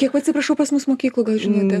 kiek atsiprašau pas mus mokyklų gal žinote